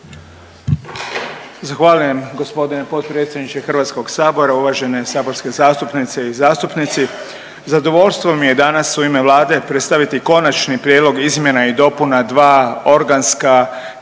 Zahvaljujem gospodine potpredsjedniče Hrvatskog sabora. Uvažene saborske zastupnice i zastupnici, zadovoljstvo mi je danas u ime Vlade predstaviti konačni prijedlog izmjena i dopuna dva organska